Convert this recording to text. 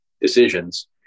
decisions